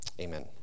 Amen